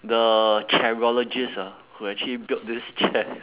the chairologist ah who actually built this chair